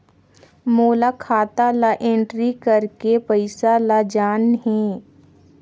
मोला खाता ला एंट्री करेके पइसा ला जान हे?